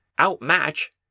outmatch